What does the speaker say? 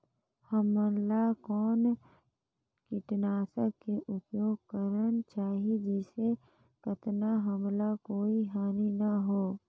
हमला कौन किटनाशक के उपयोग करन चाही जिसे कतना हमला कोई हानि न हो?